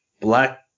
Black